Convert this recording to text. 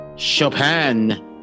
Chopin